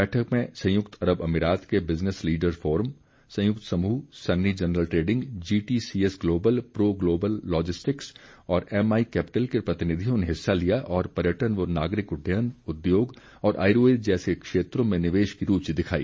बैठक में संयुक्त अरब अमिरात के बिजनस लीडर्ज फोर्म संयुक्त समूह Sunny general trading GTCS global pro global logistics और एमआई कैपिटल के प्रतिनिधियों ने हिस्सा लिया और पर्यटन व नागरिक उड्डयन उद्योग और आयुर्वेद जैसे क्षेत्रों में निवेश की रूचि दिखाई